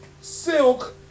Silk